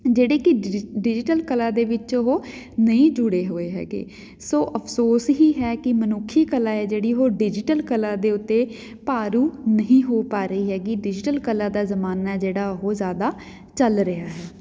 ਜਿਹੜੇ ਕਿ digi digital ਕਲਾ ਦੇ ਵਿੱਚ ਉਹ ਨਹੀਂ ਜੁੜੇ ਹੋਏ ਹੈਗੇ ਸੋ ਅਫਸੋਸ ਹੀ ਹੈ ਕਿ ਮਨੁੱਖੀ ਕਲਾ ਹੈ ਜਿਹੜੀ ਉਹ ਡਿਜੀਟਲ ਕਲਾ ਦੇ ਉੱਤੇ ਭਾਰੂ ਨਹੀਂ ਹੋ ਪਾ ਰਹੀ ਹੈਗੀ ਡਿਜੀਟਲ ਕਲਾ ਦਾ ਜ਼ਮਾਨਾ ਜਿਹੜਾ ਉਹ ਜ਼ਿਆਦਾ ਚੱਲ ਰਿਹਾ ਹੈ